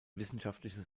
wissenschaftliches